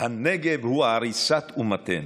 "הנגב הוא עריסת אומתנו,